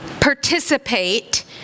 participate